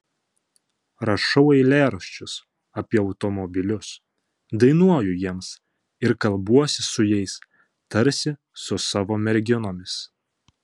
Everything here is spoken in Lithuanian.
rašau eilėraščius apie automobilius dainuoju jiems ir kalbuosi su jais tarsi su savo merginomis